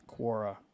Quora